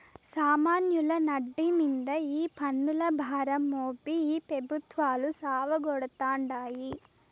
సామాన్యుల నడ్డి మింద ఈ పన్నుల భారం మోపి ఈ పెబుత్వాలు సావగొడతాండాయి